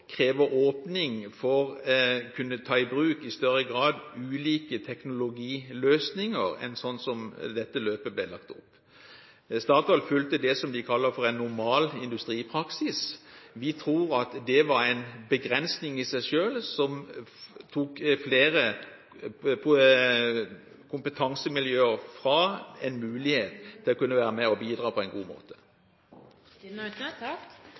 krever åpning for i større grad å kunne ta i bruk ulike teknologiløsninger enn det som var tilfellet slik som dette løpet ble lagt opp. Statoil fulgte det de kaller en normal industripraksis. Vi tror at det var en begrensning i seg selv, som tok fra flere kompetansemiljøer en mulighet til å kunne være med og bidra på en god måte.